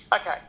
Okay